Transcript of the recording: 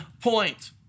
point